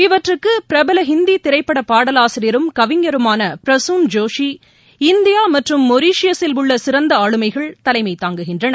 இவற்றுக்கு பிரபல இந்தி திரைப்பட பாடலாசிரியரும் கவிஞருமான பிரசூன் ஜோஷி இந்தியா மற்றும் மொரீஷியஸில் உள்ள சிறந்த ஆளுமைகள் தலைமை தாங்குகின்றனர்